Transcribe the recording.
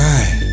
Right